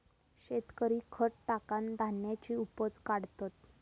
शेतकरी खत टाकान धान्याची उपज काढतत